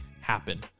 happen